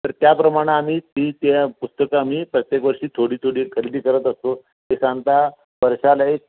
तर त्याप्रमाणं आम्ही ती ते पुस्तकं आम्ही प्रत्येक वर्षी थोडी थोडी खरेदी करत असतो ते सांगता वर्षाला एक